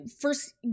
first